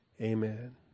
Amen